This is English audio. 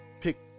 pick